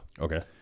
okay